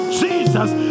jesus